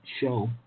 show